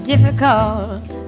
difficult